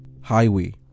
highway